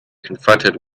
confronted